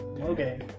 Okay